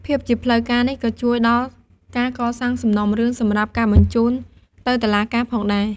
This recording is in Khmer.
ភាពជាផ្លូវការនេះក៏ជួយដល់ការកសាងសំណុំរឿងសម្រាប់ការបញ្ជូនទៅតុលាការផងដែរ។